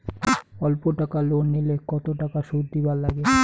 অল্প টাকা লোন নিলে কতো টাকা শুধ দিবার লাগে?